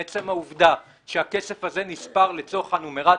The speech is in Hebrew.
עצם העובדה שהכסף הזה נספר לצורך הנומרטור,